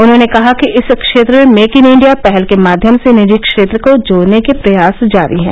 उन्होंने कहा कि इस क्षेत्र में मेक इन इंडिया पहल के माध्यम से निजी क्षेत्र को जोड़ने के प्रयास जारी हैं